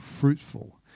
fruitful